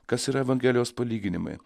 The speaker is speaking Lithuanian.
kas yra evangelijos palyginimai